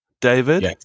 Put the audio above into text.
David